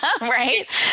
right